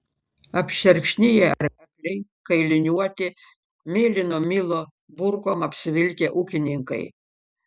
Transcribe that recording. apšerkšniję arkliai kailiniuoti mėlyno milo burkom apsivilkę ūkininkai